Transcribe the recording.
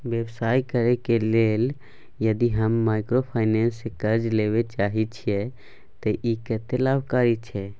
व्यवसाय करे के लेल यदि हम माइक्रोफाइनेंस स कर्ज लेबे चाहे छिये त इ कत्ते लाभकारी छै?